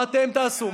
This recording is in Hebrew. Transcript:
מה אתם תעשו?